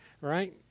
right